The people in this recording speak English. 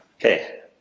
Okay